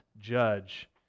judge